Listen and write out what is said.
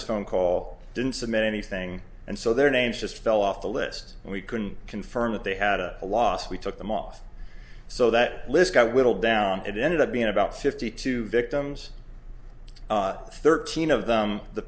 his phone call didn't submit anything and so their names just fell off the list and we couldn't confirm that they had a loss we took them off so that list got whittled down it ended up being about fifty two victims thirteen of them the